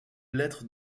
lettres